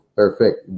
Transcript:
perfect